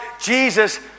Jesus